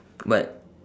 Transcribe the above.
but